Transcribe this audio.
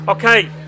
Okay